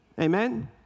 Amen